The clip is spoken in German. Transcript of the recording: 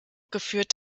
geführt